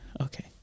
Okay